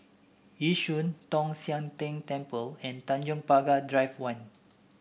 Yishun Tong Sian Tng Temple and Tanjong Pagar Drive One